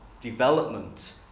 development